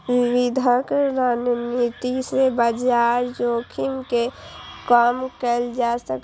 विविधीकरण रणनीति सं बाजार जोखिम कें कम कैल जा सकै छै